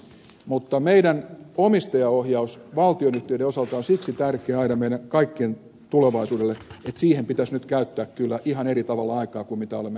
mutta meidän omistajaohjaus valtionyhtiöiden osalta on siksi tärkeä asia meidän kaikkien tulevaisuudelle että siihen pitäisi nyt käyttää kyllä ihan eri tavalla aikaa kuin mitä olemme nähneet